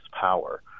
power